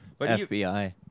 FBI